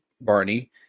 Barney